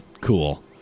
Cool